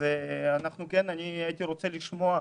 אני הייתי רוצה לשמוע.